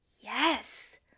yes